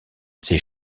ces